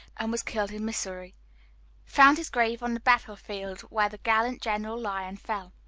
and was killed in missouri found his grave on the battle-field where the gallant general lyon fell.